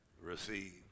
Receive